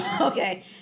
Okay